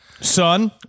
Son